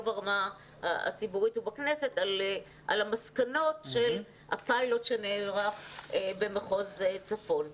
ברמה הציבורית ובכנסת על המסקנות של הפיילוט שנערך במחוז צפון?